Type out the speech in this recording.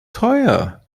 teuer